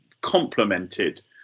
complemented